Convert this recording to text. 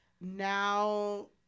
now